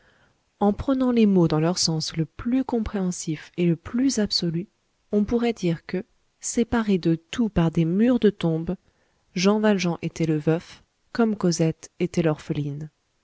en prenant les mots dans leur sens le plus compréhensif et le plus absolu on pourrait dire que séparés de tout par des murs de tombe jean valjean était le veuf comme cosette était l'orpheline